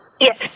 Yes